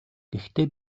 гэхдээ